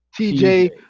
TJ